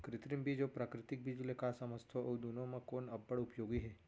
कृत्रिम बीज अऊ प्राकृतिक बीज ले का समझथो अऊ दुनो म कोन अब्बड़ उपयोगी हे?